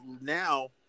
now